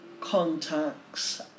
contacts